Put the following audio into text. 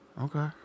Okay